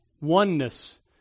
oneness